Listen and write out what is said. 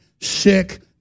sick